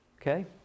Okay